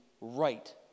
right